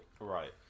Right